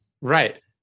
Right